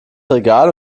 regal